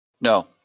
no